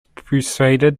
persuaded